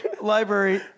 library